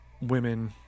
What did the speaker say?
Women